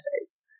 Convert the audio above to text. essays